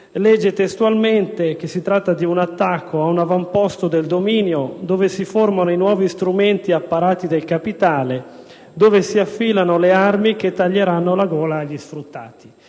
legge testualmente che si tratta di un "attacco ad un avamposto del dominio, dove si formano i nuovi strumenti ed apparati del capitale, dove si affilano le armi che taglieranno la gola agli sfruttati".